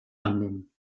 annehmen